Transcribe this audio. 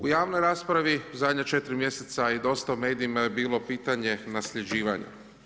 U javnoj raspravi zadnja 4 mjeseca i dosta u medijima je bilo pitanje nasljeđivanja.